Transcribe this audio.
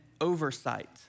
oversight